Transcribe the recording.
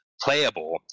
playable